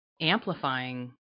amplifying